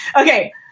Okay